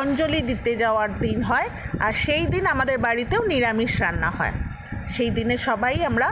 অঞ্জলি দিতে যাওয়ার দিন হয় আর সেই দিন আমাদের বাড়িতেও নিরামিষ রান্না হয় সেই দিনে সবাই আমরা